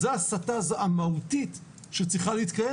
אז זה ההסתה המהותית שבסוף צריכה להתקיים